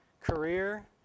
career